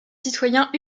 citoyens